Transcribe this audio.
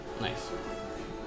Nice